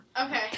Okay